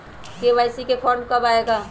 KYC form कब आए गा?